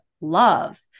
love